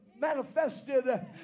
Manifested